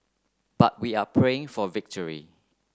but we are praying for victory